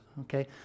okay